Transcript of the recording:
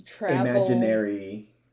imaginary